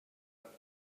out